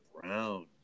Brown